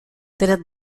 traite